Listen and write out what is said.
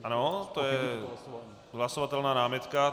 Ano, to je hlasovatelná námitka.